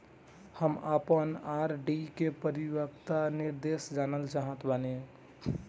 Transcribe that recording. हम आपन आर.डी के परिपक्वता निर्देश जानल चाहत बानी